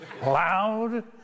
Loud